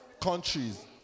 Countries